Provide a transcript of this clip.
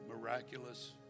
miraculous